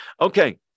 Okay